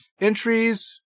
entries